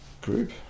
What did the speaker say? group